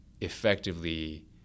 effectively